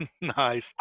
Nice